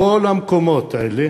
בכל המקומות האלה